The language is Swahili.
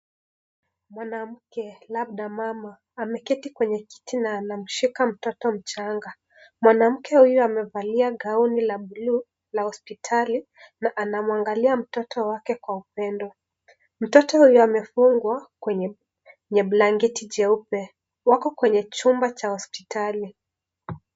Mwanamke labda mama ameketi kwenye kiti na anamshika mtoto mchanga. Mwanamke huyo amevalia (CS)gownia(CS )bluu la hospitali na anamwangalia mtoto wake Kwa upendo . Mtoto huyu amefungwa kwenye blanketi jeupe, wako kwenye chumba cha hospitali.